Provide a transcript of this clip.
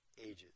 ages